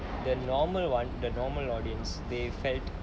the normal one the normal audience they felt